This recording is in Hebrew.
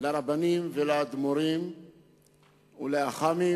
לרבנים ולאדמו"רים ולאח"מים.